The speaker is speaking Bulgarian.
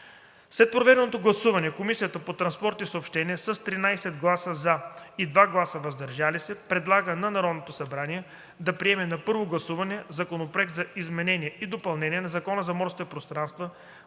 След проведеното гласуване Комисията по транспорт и съобщения с 13 гласа „за“ и 2 гласа „въздържал се“ предлага на Народното събрание да приеме на първо гласуване Законопроект за изменение и допълнение на 3акона за морските пространства,